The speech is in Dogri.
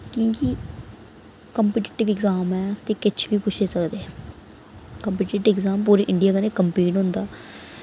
की के कम्पीटीटिव एग्जाम ऐ ते किश बी पुच्छी सकदे कम्पीटीटिव एग्जाम पूरी इंडिया कन्नै कम्पीट होंदा